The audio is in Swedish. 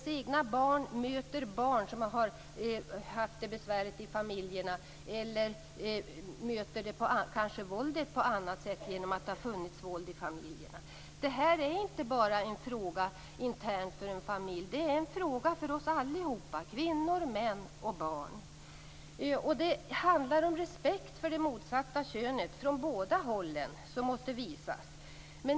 Våra egna barn möter barn som haft det besvärligt i sina familjer eller som bemöter våld på annat sätt på grund av våld i familjerna. Detta är inte en fråga som enbart skall behandlas internt i varje familj. Detta är en fråga för oss alla - Det handlar om att respekt måste visas från båda hållen till det motsatta könet.